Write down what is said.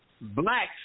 blacks